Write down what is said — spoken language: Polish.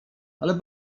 ale